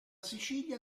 sicilia